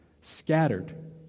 scattered